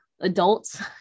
adults